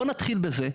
בואו נתחיל בזה,